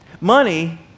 Money